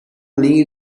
linha